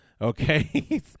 okay